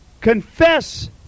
confess